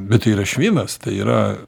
bet tai yra švinas tai yra